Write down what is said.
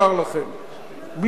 בלי מוסר ובלי כלום,